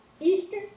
eastern